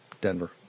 Denver